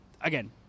again –